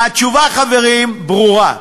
והתשובה, חברים, ברורה: